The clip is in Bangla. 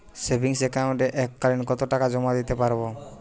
সেভিংস একাউন্টে এক কালিন কতটাকা জমা দিতে পারব?